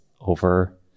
over